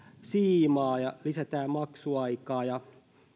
siimaa ja lisätään maksuaikaa ja